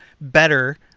better